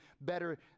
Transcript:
better